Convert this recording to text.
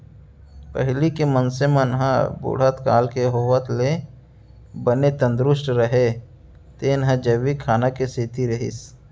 पहिली के मनसे मन ह बुढ़त काल के होवत ले बने तंदरूस्त रहें तेन ह जैविक खाना के सेती रहिस